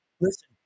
Listen